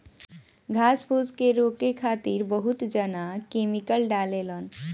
घास फूस के रोके खातिर बहुत जना केमिकल डालें लन